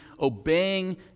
obeying